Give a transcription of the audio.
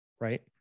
Right